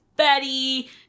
Betty